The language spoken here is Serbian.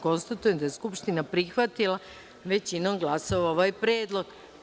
Konstatujem da je Skupština prihvatila većinom glasova ovaj predlog.